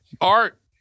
Art